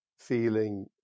Feeling